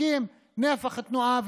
בפקקים ובנפח תנועה,